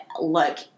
Look